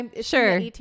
Sure